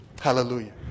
Hallelujah